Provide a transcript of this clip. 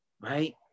right